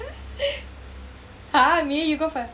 ha me you go first